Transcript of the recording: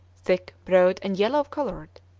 thick, broad, and yellow coloured.